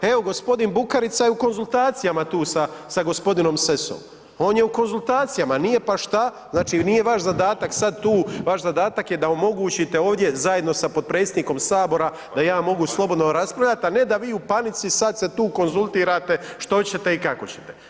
Evo gospodin Bukarica je u konzultacijama tu sa gospodinom Sessom, on je u konzultacijama, nije pa šta, znači nije vaš zadatak sad tu, vaš zadatak je da omogućite ovdje zajedno sa potpredsjednikom sabora da ja mogu slobodno raspravljati, a ne da vi u panici sad se tu konzultirate što ćete i kako ćete.